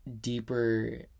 deeper